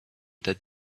that